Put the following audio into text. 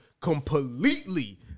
completely